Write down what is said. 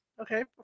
okay